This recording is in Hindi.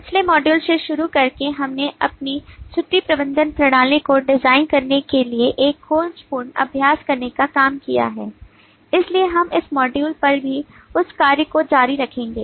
पिछले मॉड्यूल से शुरू करके हमने अपनी छुट्टी प्रबंधन प्रणाली को डिजाइन पर भी उस कार्य को जारी रखेंगे